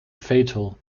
fatal